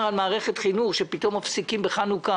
על מערכת חינוך שפתאום מפסיקים בחנוכה